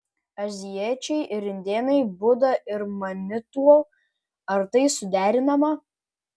azijiečiai ir indėnai buda ir manitou ar tai suderinama